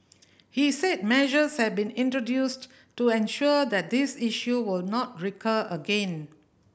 he said measures have been introduced to ensure that this issue will not recur again